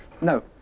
No